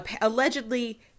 Allegedly